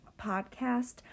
podcast